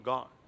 God